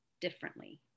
differently